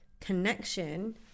connection